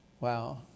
wow